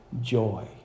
joy